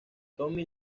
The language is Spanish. tommy